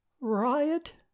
riot